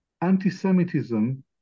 Anti-Semitism